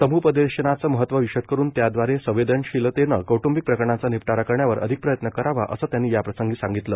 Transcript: सम्पदेशनाचे महत्व विशद करुन त्याद्वारे संवेदनशीलतेनं कौट्ंबिक प्रकरणांचा निपटारा करण्यावर अधिक प्रयत्न करावा असं त्यांनी याप्रसंगी सांगितलं